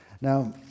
Now